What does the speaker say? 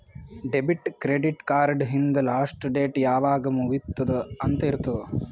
debit, credit card ಹಿಂದ್ last date ಯಾವಾಗ್ ಮುಗಿತ್ತುದ್ ಅಂತ್ ಇರ್ತುದ್